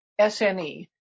SNE